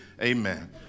Amen